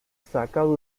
sacado